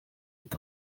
est